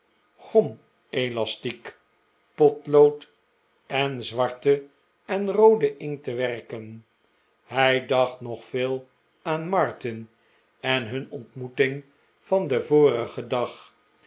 gomelastiek potlood en zwarten en rooden inkt te werken hij dacht nog veel aan martin en nun ontmoeting van den vorigen dag